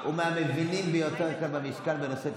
רגע,